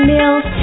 Meals